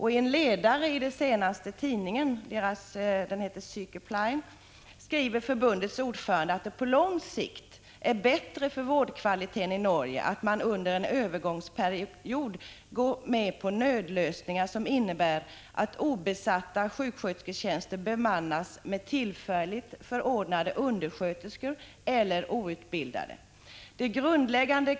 I en ledare i det senaste numret av tidningen Sygepleien skriver förbundets ordförande att det på lång sikt är bättre för vårdkvaliteten i Norge att man under en övergångsperiod går med på nödlösningar, som innebär att obesatta sjukskötersketjänster bemannas med tillfälligt förordnade undersköterskor eller outbildade. De grundläggan Prot.